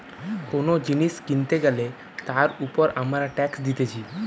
কোন জিনিস কিনতে গ্যালে তার উপর আমরা ট্যাক্স দিতেছি